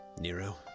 Nero